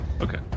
Okay